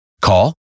Call